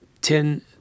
ten